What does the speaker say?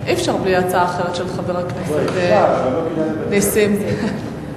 אי-אפשר בלי הצעה אחרת של חבר הכנסת נסים זאב.